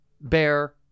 Bear